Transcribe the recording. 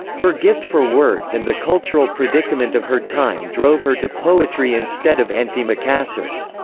her gift for words and the cultural predicament of her time drove her to poetry instead of antimacassars.